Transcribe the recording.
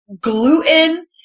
gluten